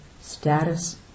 status